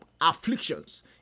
afflictions